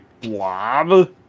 Blob